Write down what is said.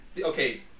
Okay